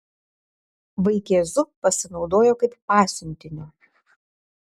vaikėzu pasinaudojo kaip pasiuntiniu